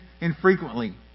infrequently